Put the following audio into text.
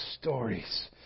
stories